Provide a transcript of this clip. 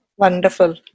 Wonderful